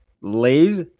Lay's